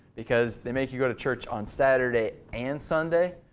because they make you go to church on saturday and sunday.